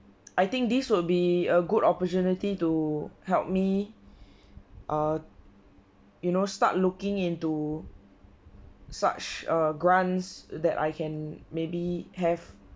I think this will be a good opportunity to help me ah you now start looking into such a grants that I can maybe have